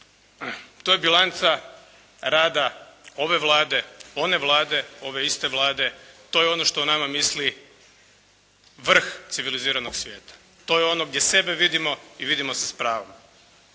to je bilanca rada ove Vlade, one Vlade, ove iste Vlade, to je ono što o nama misli vrh civiliziranog svijeta. To je ono gdje sebe vidimo i vidimo se s pravom.